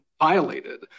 violated